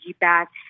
back